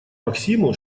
максиму